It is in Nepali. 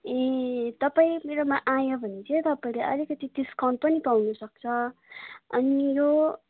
ए तपाईँ मेरोमा आयो भने चाहिँ तपाईँले आलिकति डिसकाउन्ट पनि पाउन सक्छ अनि यो